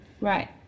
Right